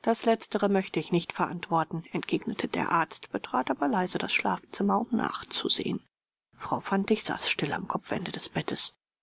das letztere möchte ich nicht verantworten entgegnete der arzt betrat aber leise das schlafzimmer um nachzusehen frau fantig saß still am kopfende des bettes